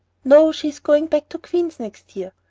no, she is going back to queen's next year.